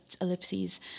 ellipses